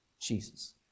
Jesus